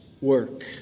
work